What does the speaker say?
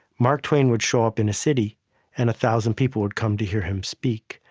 mark twain would show up in a city and a thousand people would come to hear him speak.